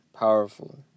powerful